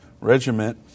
regiment